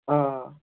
آ